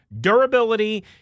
Durability